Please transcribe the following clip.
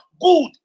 good